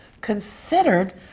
considered